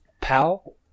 pal